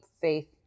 faith